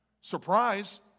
Surprise